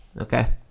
Okay